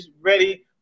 ready